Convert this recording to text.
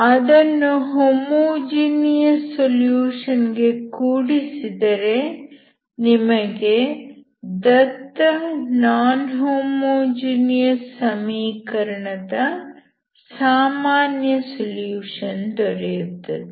ಅದನ್ನು homogeneous solution ಗೆ ಕೂಡಿಸಿದರೆ ನಿಮಗೆ ದತ್ತ ನಾನ್ ಹೋಮೋಜಿನಿಯಸ್ ಸಮೀಕರಣದ ಸಾಮಾನ್ಯ ಸೊಲ್ಯೂಷನ್ ದೊರೆಯುತ್ತದೆ